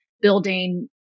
building